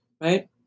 right